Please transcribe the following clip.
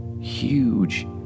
huge